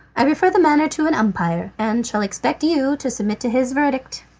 i refer the matter to an umpire, and shall expect you to submit to his verdict.